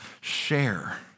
share